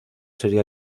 serie